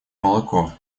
молоко